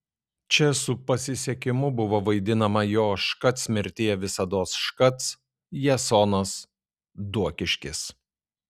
čia su pasisekimu buvo vaidinama jo škac mirtie visados škac jasonas duokiškis